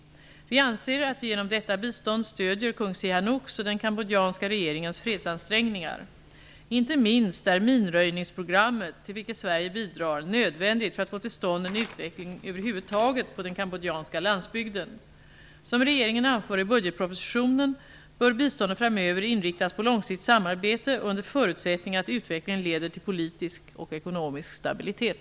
Vi anser att vi genom detta bistånd stödjer kung Sihanouks och den kambodjanska regeringens fredsansträngningar. Inte minst är minröjningsprogrammet, till vilket Sverige bidrar, nödvändigt för att få till stånd en utveckling över huvud taget på den kambodjanska landsbygden. Som regeringen anför i budgetpropositionen bör biståndet framöver inriktas på långsiktigt samarbete under förutsättning att utvecklingen leder till politisk och ekonomisk stabilitet.